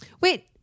Wait